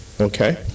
Okay